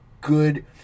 good